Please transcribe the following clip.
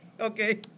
Okay